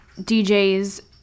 DJs